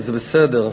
וזה בסדר,